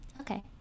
Okay